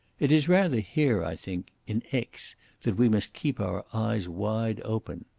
it is rather here, i think in aix that we must keep our eyes wide open.